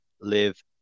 live